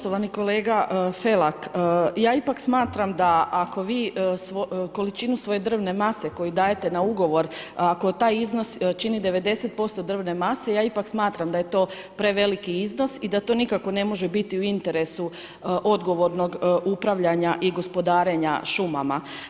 Poštovani kolega Felak, ja ipak smatram da ako vi, količinu svoje drvne mase, koju dajete na ugovor, ako taj iznos čini 90% drvne mase, ja ipak smatram da je to preveliki iznos i da to nikako ne može biti u interesu odgovornog upravljanja i gospodarenja šumama.